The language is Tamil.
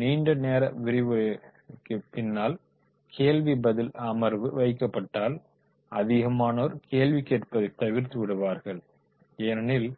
நீண்ட நேர விரிவுரைக்குப் பின்னால் கேள்வி பதில் அமர்வு வைக்கப்பட்டால்அதிகமானோர் கேள்வி கேட்பதை தவிர்த்து விடுவார்கள் ஏனெனில்